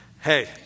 Hey